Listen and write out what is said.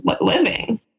living